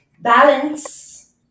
balance